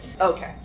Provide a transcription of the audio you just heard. Okay